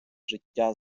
життя